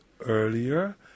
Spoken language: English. earlier